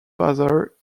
father